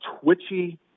twitchy